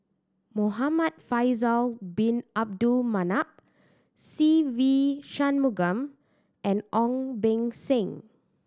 Muhamad Faisal Bin Abdul Manap Se Ve Shanmugam and Ong Beng Seng